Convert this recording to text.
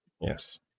Yes